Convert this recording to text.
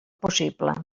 possible